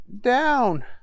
down